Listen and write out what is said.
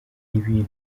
ibintu